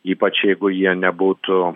ypač jeigu jie nebūtų